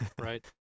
Right